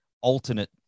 alternate